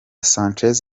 sanchez